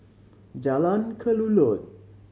Jalan Kelulut